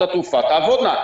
שחברות התעופה תעבודנה,